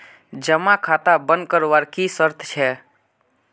जमा खाता बन करवार की शर्त छे?